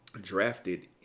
drafted